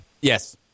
Yes